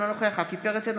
אינו נוכח רפי פרץ,